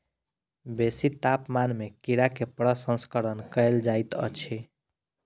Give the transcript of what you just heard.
बेसी तापमान में कीड़ा के प्रसंस्करण कयल जाइत अछि